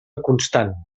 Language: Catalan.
constant